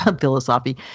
philosophy